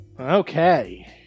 Okay